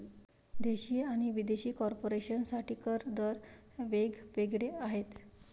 देशी आणि विदेशी कॉर्पोरेशन साठी कर दर वेग वेगळे आहेत